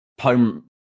Home